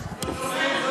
לא שומעים.